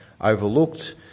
overlooked